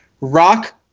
Rock